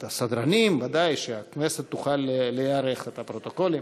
את הסדרנים, ודאי, שהכנסת תוכל להיערך, את הרשמים.